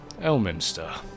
Elminster